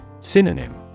Synonym